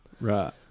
Right